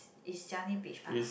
is Changi Beach park ah